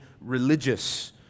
religious